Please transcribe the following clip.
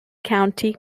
county